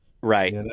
right